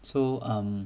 so um